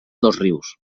dosrius